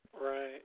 Right